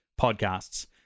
podcasts